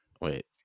wait